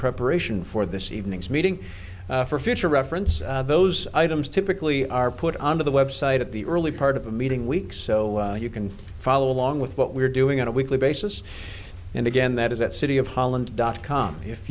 preparation for this evening's meeting for future reference those items typically are put on the website at the early part of a meeting week so you can follow along with what we're doing on a weekly basis and again that is at city of holland dot com if